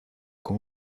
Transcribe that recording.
con